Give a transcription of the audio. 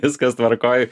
viskas tvarkoj